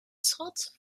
schot